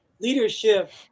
leadership